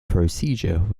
procedure